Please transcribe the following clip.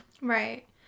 Right